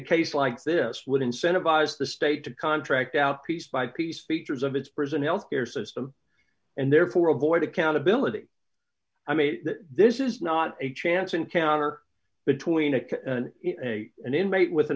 case like this would incentivize the state to contract out piece by piece features of its prison health care system and therefore avoid accountability i mean this is not a chance encounter between an inmate with an